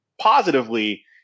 positively